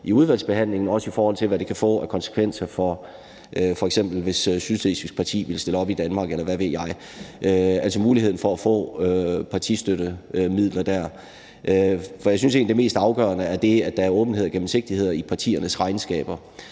i udvalgsbehandlingen, også i forhold til hvad det kan få af konsekvenser for f.eks. Slesvigsk Parti, hvis de ville stille op i Danmark, eller hvad ved jeg, altså muligheden for at få partistøttemidler der. Jeg synes egentlig, det mest afgørende er det, at der er åbenhed og gennemsigtighed i partiernes regnskaber.